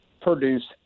produce